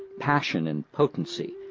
passion and potency,